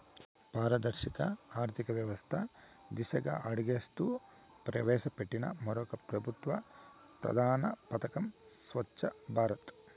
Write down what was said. పారదర్శక ఆర్థికవ్యవస్త దిశగా అడుగులేస్తూ ప్రవేశపెట్టిన మరో పెబుత్వ ప్రధాన పదకం స్వచ్ఛ భారత్